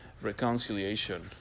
Reconciliation